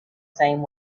same